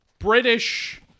British